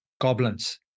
goblins